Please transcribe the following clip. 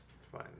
Fine